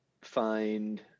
find